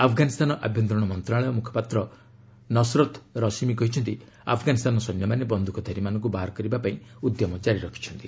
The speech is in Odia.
ଆଫଗାନିସ୍ତାନ ଆଭ୍ୟନ୍ତରୀଣ ମନ୍ତ୍ରଶାଳୟ ମ୍ରଖପାତ୍ର ନସରତ ରଶିମି କହିଛନ୍ତି ଆଫଗାନିସ୍ତାନ ସୈନ୍ୟମାନେ ବନ୍ଧୁକଧାରୀମାନଙ୍କୁ ବାହାର କରିବା ପାଇଁ ଉଦ୍ୟମ କାରି ରଖିଛନ୍ତି